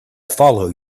follow